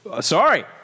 Sorry